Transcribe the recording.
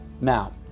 Now